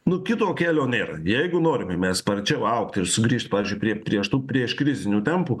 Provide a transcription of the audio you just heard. nu kito kelio nėra jeigu norime mes sparčiau augti ir sugrįžti pavyzdžiui prie prie šitų prieškrizinių tampų